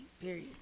period